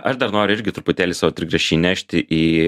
aš dar noriu irgi truputėlį savo trigrašį įnešti į